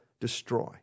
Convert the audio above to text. destroy